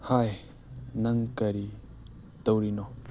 ꯍꯥꯏ ꯅꯪ ꯀꯔꯤ ꯇꯧꯔꯤꯅꯣ